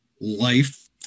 life